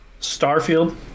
Starfield